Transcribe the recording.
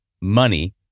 money